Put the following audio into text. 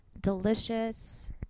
delicious